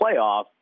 playoff